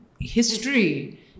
History